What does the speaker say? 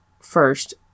first